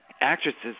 actresses